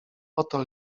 oto